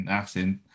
accent